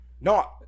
No